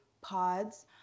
pods